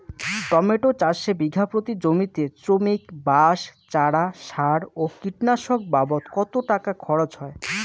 Tomato চাষে বিঘা প্রতি জমিতে শ্রমিক, বাঁশ, চারা, সার ও কীটনাশক বাবদ কত টাকা খরচ হয়?